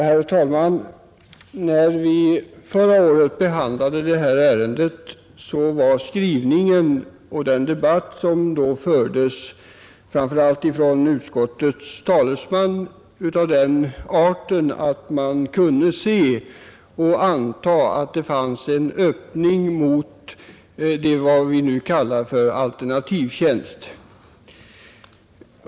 Herr talman! När vi förra året behandlade det här ärendet var skrivningen och den debatt som fördes, framför allt från utskottets talesman, av den arten att man kunde anta att det fanns en öppning mot vad vi nu kallar för alternativtjänst.